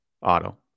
Auto